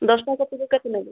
ଦଶଟା କପିକୁ କେତେ ନେବେ